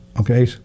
Okay